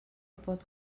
pot